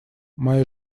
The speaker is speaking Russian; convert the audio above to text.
моя